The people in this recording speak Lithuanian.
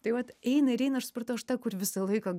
tai vat eina ir eina aš supratau aš ta kur visą laiką